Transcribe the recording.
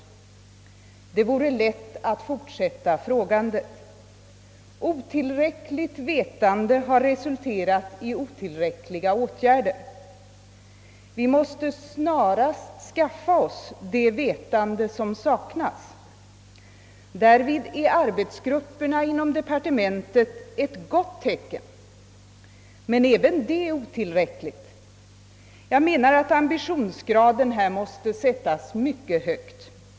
Det vore lätt att fortsätta frågandet. Otillräckligt vetande har resulterat i otillräckliga åtgärder. Vi måste snarast skaffa oss det vetande som saknas. Därvidlag är arbetsgrupperna inom departementet ett gott tecken, men även detta är otillräckligt. Ambitionsgraden måste sältas mycket högt.